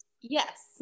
Yes